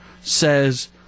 says